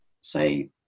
say